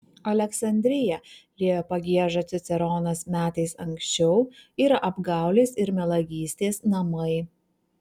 aleksandrija liejo pagiežą ciceronas metais anksčiau yra apgaulės ir melagystės namai